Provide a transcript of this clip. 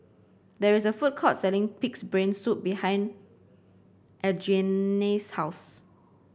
there is a food court selling pig's brain soup behind Adriene's house